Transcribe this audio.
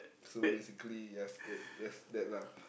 so basically yes that's that's that lah